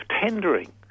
tendering